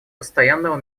постоянного